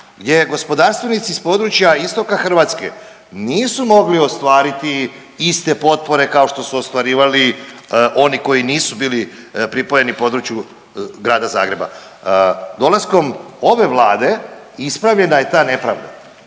gdje gospodarstvenici s područja istoka Hrvatske nisu mogli ostvariti iste potpore kao što su ostvarivali oni koji nisu bili pripojeni području Grada Zagreba. Dolaskom ove Vlade ispravljena je ta nepravda.